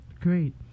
Great